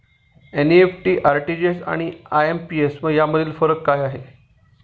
NEFT, RTGS आणि IMPS यामधील फरक काय आहे?